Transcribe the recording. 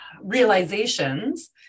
realizations